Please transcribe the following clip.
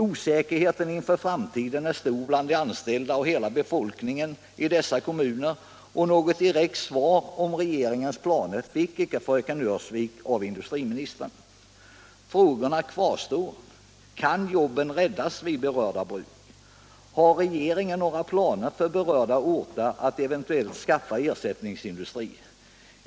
Osäkerheten inför framtiden är stor bland de anställda och hela befolkningen i dessa kommuner. Något direkt besked om regeringens plancr fick inte fröken Öhrsvik av industriministern. Frågorna kvarstår: Kan jobben räddas vid berörda bruk? Har regeringen några planer på att eventuellt skaffa ersättningsindustri för berörda orter?